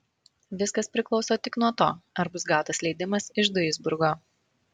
viskas priklauso tik nuo to ar bus gautas leidimas iš duisburgo